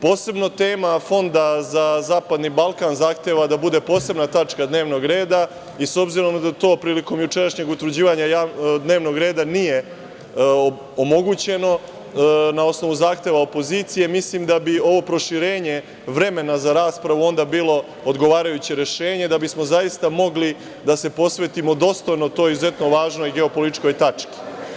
Posebno tema fonda za zapadni Balkan zahteva da bude posebna tačka dnevnog reda, i s obzirom da to prilikom jučerašnjeg utvrđivanja dnevnog reda nije omogućeno na osnovu zahteva opozicije, mislim da bi ovo proširenje vremena za raspravu onda bilo odgovarajuće rešenje, da bismo zaista mogli da se posvetimo dostojno toj izuzetno važnoj geopolitičkoj tački.